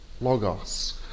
logos